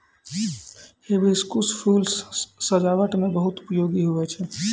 hibiscus फूल सजाबट मे बहुत उपयोगी हुवै छै